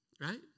Right